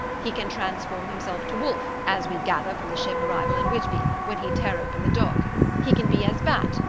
he can transform himself to wolf, as we gather from the ship arrival in whitby, when he tear open the dog he can be as bat,